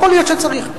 יכול להיות שצריך,